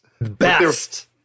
Best